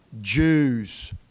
Jews